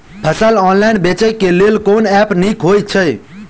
फसल ऑनलाइन बेचै केँ लेल केँ ऐप नीक होइ छै?